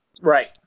Right